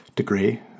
degree